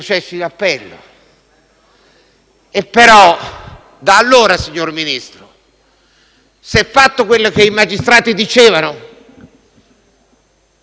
ma da allora, signor Ministro, si è fatto quello che i magistrati dicevano? Non